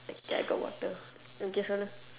lucky I got water okay so now